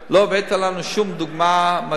לא הבאת לנו שום דוגמה מדעית,